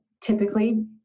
typically